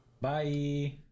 Bye